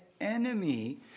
enemy